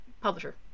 publisher